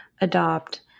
adopt